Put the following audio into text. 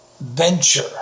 venture